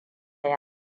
yi